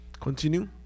Continue